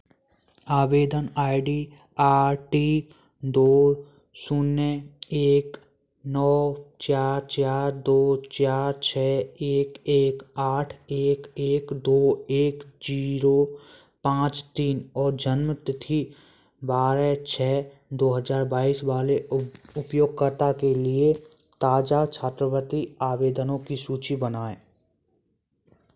आवेदन I D R T दो शून्य एक नौ चार चार दो चार छः एक एक आठ एक एक दो एक जीरो पाँच तीन और जन्म तिथि बारह छः दो हज़ार बाईस वाले उप उपयोगकर्ता के लिए ताज़ा छात्रवृत्ति आवेदनों की सूची बनाएँ